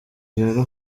rero